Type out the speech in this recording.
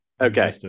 Okay